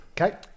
Okay